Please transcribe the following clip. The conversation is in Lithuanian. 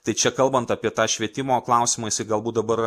tai čia kalbant apie tą švietimo klausimą jisai galbūt dabar